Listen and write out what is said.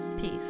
Peace